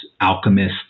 alchemists